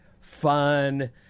fun